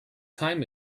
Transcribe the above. time